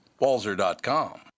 walzer.com